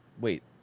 Wait